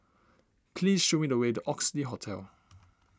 please show me the way to Oxley Hotel